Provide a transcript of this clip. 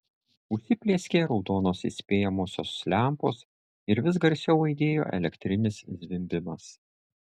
užsiplieskė raudonos įspėjamosios lempos ir vis garsiau aidėjo elektrinis zvimbimas